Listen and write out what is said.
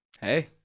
Hey